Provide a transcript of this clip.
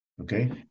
Okay